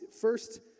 First